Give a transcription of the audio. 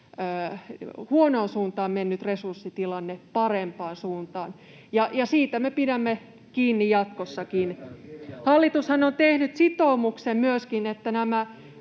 huonoon suuntaan mennyt resurssitilanne parempaan suuntaan, ja siitä me pidämme kiinni jatkossakin. Hallitushan on myöskin tehnyt sitoumuksen, että nämä